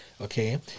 okay